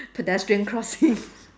pedestrian crossing